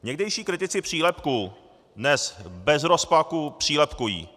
Někdejší kritici přílepků dnes bez rozpaků přílepkují.